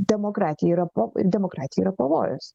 demokratija yra po demokratijai yra pavojus